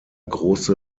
große